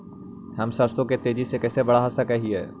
हम सरसों के तेजी से कैसे बढ़ा सक हिय?